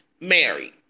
married